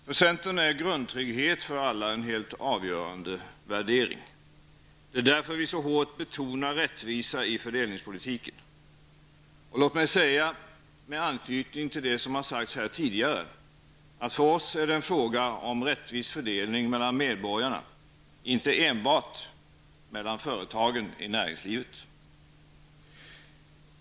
För centern är grundtrygghet för alla en helt avgörande värdering. Det är därför vi så hårt betonar rättvisa i fördelningspolitiken. Låt mig säga, med anknytning till det som har sagts här tidigare, att för oss är det en fråga om rättvis fördelning mellan medborgarna, inte enbart mellan företagen i näringslivet.